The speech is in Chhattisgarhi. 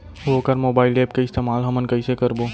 वोकर मोबाईल एप के इस्तेमाल हमन कइसे करबो?